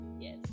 Yes